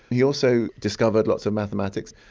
he also discovered lots of mathematics.